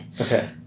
Okay